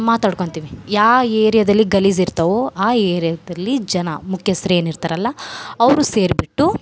ಮಾತಾಡ್ಕೊಂತೀವಿ ಯಾವ್ ಏರಿಯಾದಲ್ಲಿ ಗಲೀಜು ಇರ್ತವೋ ಆ ಏರ್ಯಾದಲ್ಲಿ ಜನ ಮುಖ್ಯಸ್ಥರು ಏನು ಇರ್ತಾರಲ್ಲ ಅವರು ಸೇರಿಬಿಟ್ಟು